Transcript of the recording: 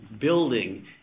building